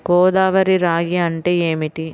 గోదావరి రాగి అంటే ఏమిటి?